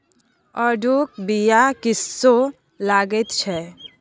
आड़ूक बीया कस्सो लगैत छै